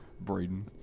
Braden